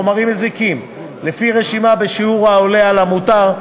חומרים מזיקים לפי הרשימה בשיעור העולה על המותר,